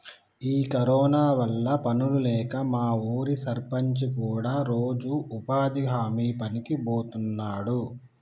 ఈ కరోనా వల్ల పనులు లేక మా ఊరి సర్పంచి కూడా రోజు ఉపాధి హామీ పనికి బోతున్నాడు